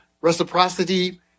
Reciprocity